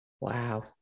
Wow